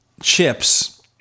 chips